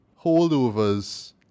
Holdovers